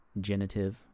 genitive